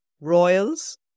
royals